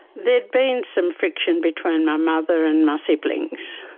there had been some friction between my mother and my siblings,